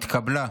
נתקבל.